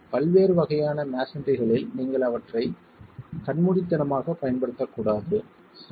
பல்வேறு வகையான மஸோன்றிகளில் நீங்கள் அவற்றை கண்மூடித்தனமாக பயன்படுத்தக்கூடாது சரி